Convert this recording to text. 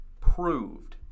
proved